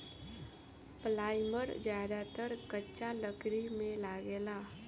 primer ज्यादातर कच्चा लकड़ी में लागेला